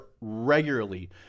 regularly